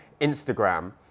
Instagram